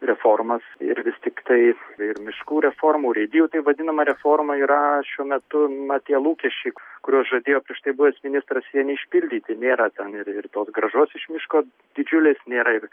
reformas ir vis tiktai ir miškų reformą urėdijų taip vadinama reforma yra šiuo metu mat tie lūkesčiai kuriuos žadėjo prieš tai buvęs ministras jie neišpildyti nėra ten ir ir tos grąžos iš miško didžiulės nėra ir